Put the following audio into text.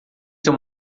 seu